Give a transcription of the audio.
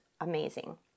amazing